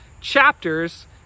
chapters